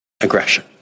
aggression